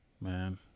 Man